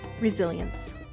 Resilience